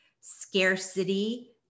scarcity